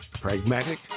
pragmatic